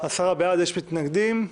יש מתנגדים?